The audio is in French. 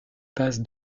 passe